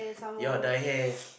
ya dye hair